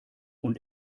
und